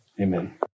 amen